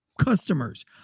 customers